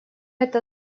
это